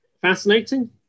fascinating